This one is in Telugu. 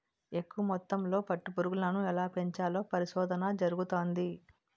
ఎక్కువ మొత్తంలో పట్టు పురుగులను ఎలా పెంచాలో పరిశోధన జరుగుతంది